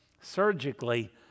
Surgically